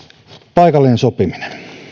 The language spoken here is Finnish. paikallinen sopiminen